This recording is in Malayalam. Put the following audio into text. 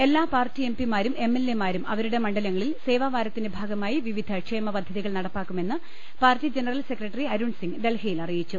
എല്ലാ പാർട്ടി എംപ്പിമാർും എംഎൽഎമാരും അവ രുടെ മണ്ഡലങ്ങളിൽ സേവാവാരത്തിന്റെ ഭാഗമായി വിവിധ ക്ഷേമ പദ്ധതികൾ നടപ്പാക്കുമെന്ന് party general secretary Arun Singh ഡൽഹിയിൽ അറിയിച്ചു